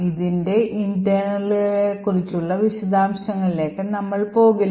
ഇതിന്റെ ഇന്റേണലുകളെക്കുറിച്ചുള്ള വിശദാംശങ്ങളിലേക്ക് നമ്മൾ പോകില്ല